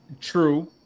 True